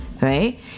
right